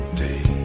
day